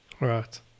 Right